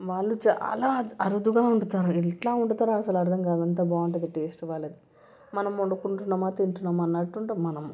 వాళ్ళు చాలా అరుదుగా వండుతారు ఎలా వండుతారో అసలు అర్థం కాదు అంతా బాగుంటుంది టేస్ట్ వారిది మనం వండుకుంటున్నామా తింటున్నామా అన్నట్టు ఉంటాము మనం